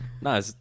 No